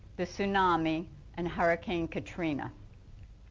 the tsunami and hurricane katrina.